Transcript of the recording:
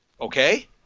okay